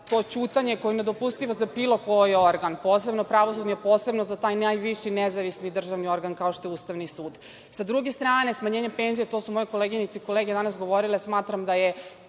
to ćutanje je nedopustivo za bilo koji organ, posebno pravosudni, a posebno za taj najviši nezavisni državni organ kao što je Ustavni sud. Sa druge strane, smanjenje penzija, to su moje koleginice i kolege danas govorile, smatram da je